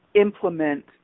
implement